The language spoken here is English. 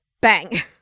bang